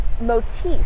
motif